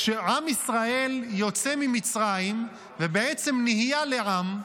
כשעם ישראל יוצא ממצרים ובעצם נהיה לעם,